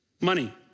Money